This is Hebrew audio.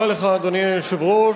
אדוני היושב-ראש,